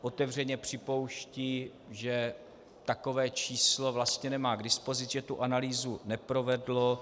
Otevřeně připouští, že takové číslo vlastně nemá k dispozici, že tu analýzu neprovedlo.